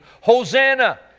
Hosanna